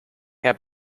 herr